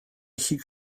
gallu